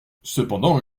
cependant